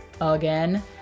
again